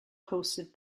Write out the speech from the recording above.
hosted